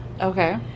Okay